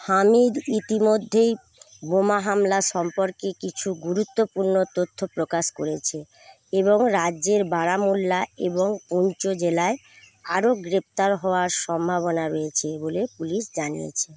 হামিদ ইতিমধ্যেই বোমা হামলা সম্পর্কে কিছু গুরুত্বপূর্ণ তথ্য প্রকাশ করেছে এবং রাজ্যের বারামোল্লা এবং পুঞ্চ জেলায় আরও গ্রেপ্তার হওয়ার সম্ভাবনা রয়েছে বলে পুলিশ জানিয়েছে